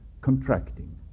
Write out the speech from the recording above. contracting